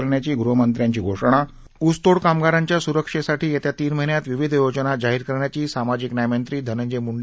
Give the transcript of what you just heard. करण्याची गृहमंत्र्यांची घोषणा ऊसतोड कामगारांच्या सुरक्षेसाठी येत्या तीन महिन्यात विविध योजना जाहीर करण्याची सामाजिक न्यायमंत्री धनंजय मुंडे